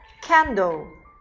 candle